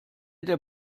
der